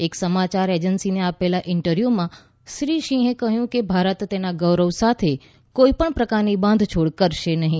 એક સમાચાર એજન્સીને આપેલા ઇન્ટરવ્યૂમાં શ્રી સિંહે કહ્યું કે ભારત તેના ગૌરવ સાથે કોઈપણ પ્રકારની બાંધછોડ કરશે નહીં